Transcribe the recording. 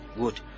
good